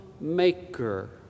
maker